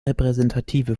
repräsentative